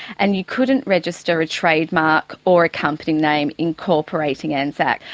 and you couldn't register a trade mark or company name incorporating anzac.